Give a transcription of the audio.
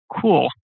cool